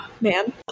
man